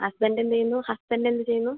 husband എന്തു ചെയ്യുന്നു husband എന്തു ചെയ്യുന്നു